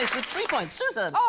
three points susan